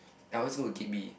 then I'll always go to gate B